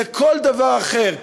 לכל דבר אחר,